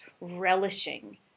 relishing